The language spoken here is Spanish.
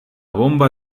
bomba